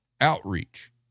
outreach